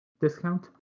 discount